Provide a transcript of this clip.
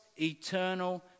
eternal